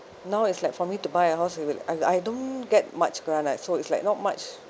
now it's like for me to buy a house I will I I don't get much grant ah so it's like not much